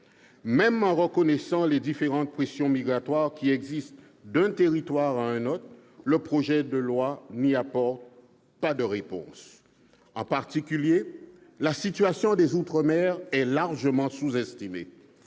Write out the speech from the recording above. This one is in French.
Même en reconnaissant les différentes pressions migratoires existant d'un territoire à un autre, le projet de loi n'y apporte pas de réponse. En particulier, la situation des outre-mer est largement sous-estimée.